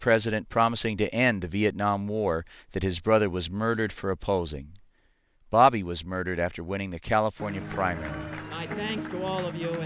president promising to end the vietnam war that his brother was murdered for opposing bobby was murdered after winning the california primary to